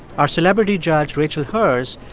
our celebrity judge, rachel herz,